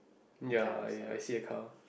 ya I I see a car